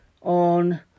on